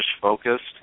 focused